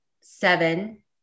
seven